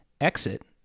exit